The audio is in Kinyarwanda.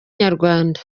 nyarwanda